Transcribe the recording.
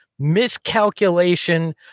miscalculation